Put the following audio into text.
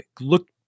Look